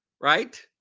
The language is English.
right